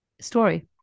story